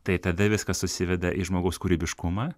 tai tada viskas susiveda į žmogaus kūrybiškumą